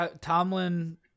Tomlin